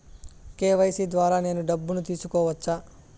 KYC ద్వారా నేను డబ్బును తీసుకోవచ్చా?